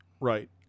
Right